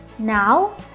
Now